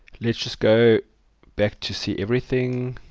let's just go back to see everything.